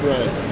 Right